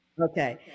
Okay